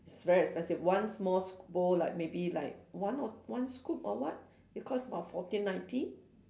it's very expensive one small bowl like maybe like one or one scoop or what it costs about fourteen ninety